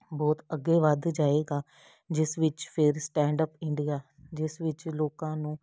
ਬਹੁਤ ਅੱਗੇ ਵੱਧ ਜਾਏਗਾ ਜਿਸ ਵਿੱਚ ਫਿਰ ਸਟੈਂਡ ਅਪ ਇੰਡੀਆ ਜਿਸ ਵਿੱਚ ਲੋਕਾਂ ਨੂੰ